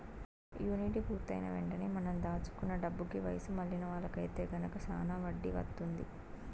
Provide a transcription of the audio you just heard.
annuity పూర్తయిన వెంటనే మనం దాచుకున్న డబ్బుకి వయసు మళ్ళిన వాళ్ళకి ఐతే గనక శానా వడ్డీ వత్తుంది